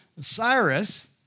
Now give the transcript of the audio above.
Cyrus